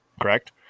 correct